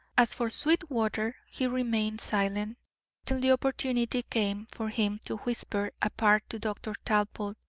as for sweetwater, he remained silent till the opportunity came for him to whisper apart to dr. talbot,